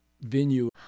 venue